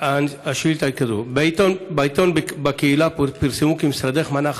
השאילתה היא כזו: בעיתון "בקהילה" פרסמו כי משרדך מנע